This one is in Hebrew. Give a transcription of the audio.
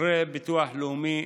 חוקרי ביטוח לאומי,